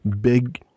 big